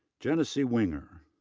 genesee winger,